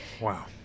Wow